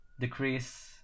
decrease